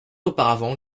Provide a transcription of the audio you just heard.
auparavant